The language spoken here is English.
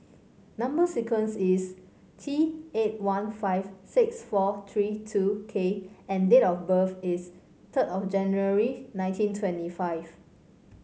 number sequence is T eight one five six four three two K and date of birth is third of January nineteen twenty five